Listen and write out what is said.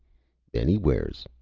anywheres,